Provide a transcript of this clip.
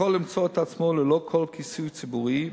יכול למצוא את עצמו ללא כל כיסוי ציבורי,